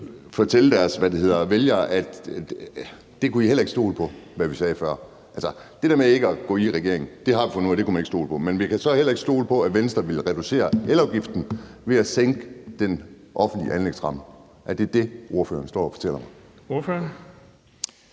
vil fortælle deres vælgere at de heller ikke kunne stole på? Altså, det der med ikke at gå i regering har vi fundet ud af at man ikke kunne stole på. Men vi kan så heller ikke stole på, at Venstre vil reducere elafgiften ved at reducere den offentlige anlægsramme. Er det det, ordføreren står og fortæller mig?